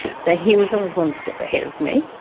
so he was always one step ahead of me.